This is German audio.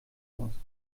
muss